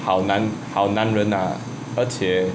好男好男人啊而且